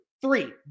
three